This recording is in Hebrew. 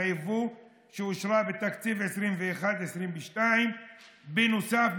היבוא שאושרה בתקציב 2022-2021. בנוסף,